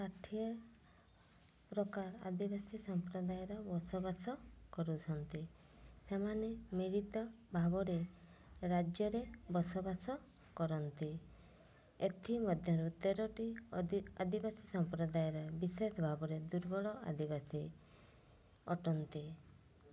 ଷାଠିଏ ପ୍ରକାର ଆଦିବାସୀ ସମ୍ପ୍ରଦାୟର ବସବାସ କରୁଛନ୍ତି ସେମାନେ ମିିଳିତ ଭାବରେ ରାଜ୍ୟରେ ବସବାସ କରନ୍ତି ଏଥି ମଧ୍ୟରୁ ତେରଟି ଆଦିବାସୀ ସମ୍ପ୍ରଦାୟର ବିଶେଷ ଭାବରେ ଦୁର୍ବଳ ଆଦିବାସୀ ଅଟନ୍ତି